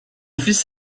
fils